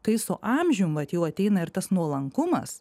kai su amžium vat jau ateina ir tas nuolankumas